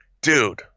dude